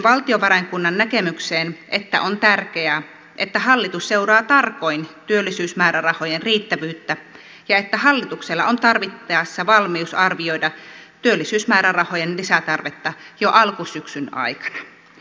yhdyn valtiovarainvaliokunnan näkemykseen että on tärkeää että hallitus seuraa tarkoin työllisyysmäärärahojen riittävyyttä ja että hallituksella on tarvittaessa valmius arvioida työllisyysmäärärahojen lisätarvetta jo alkusyksyn aikana